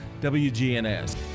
WGNs